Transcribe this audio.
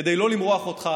כדי לא למרוח אותך,